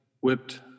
whipped